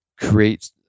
create